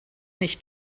nicht